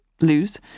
lose